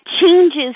changes